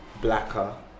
blacker